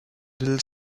little